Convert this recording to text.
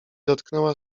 dotknęła